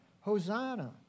Hosanna